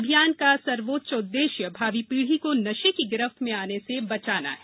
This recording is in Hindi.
अभियान का सर्वोच्च उद्देश्य भावी पीढ़ी को नशे की गिरफ्त में आने से बचाना है